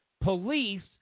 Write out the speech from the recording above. police